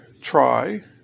try